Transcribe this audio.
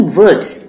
words